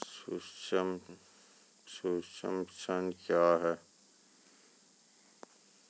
सुक्ष्म ऋण क्या हैं?